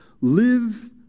live